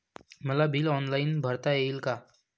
मला bill online भरता येईल का?